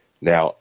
Now